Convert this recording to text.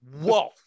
whoa